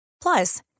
Plus